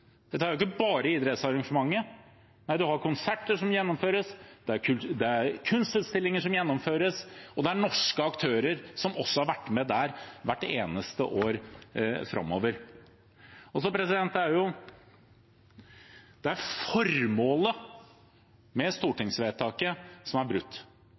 Dette handler jo ikke bare om idrettsarrangementet: Man har konserter som gjennomføres, det er kunstutstillinger som gjennomføres, og det er norske aktører som også har vært med der hvert eneste år. Det er formålet med stortingsvedtaket som er brutt. Jeg sitter ikke i noen kontrollkomité, og jeg vet ikke hva som er